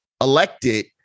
elected